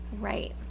Right